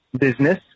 business